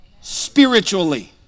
Spiritually